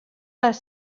les